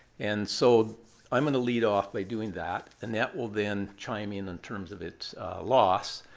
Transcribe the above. and so i'm going to lead off by doing that. annette will then chime in, in terms of its loss.